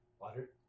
Water